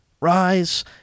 rise